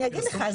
אני אגיד לך,